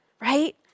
Right